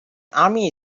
army